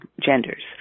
genders